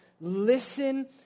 listen